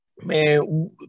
Man